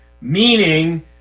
meaning